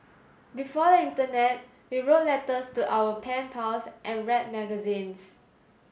before the internet we wrote letters to our pen pals and read magazines